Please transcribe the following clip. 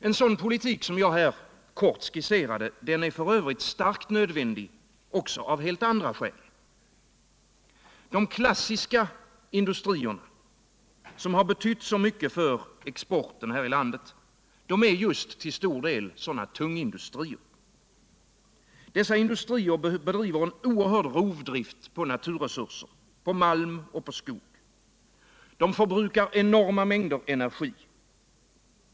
En sådan politik som jag här kort skisserat är f. ö. starkt nödvändig av helt andra skäl. De klassiska industrierna, som betytt så mycket för exporten här i landet, är just till stor del sådana tunga industrier. Dessa industrier bedriver en ocrhörd rovdrift på naturresurser, malm och skog. De förbrukar enorma mängder energi.